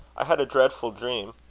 i had a dreadful dream.